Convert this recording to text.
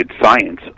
science